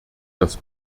das